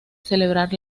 celebrar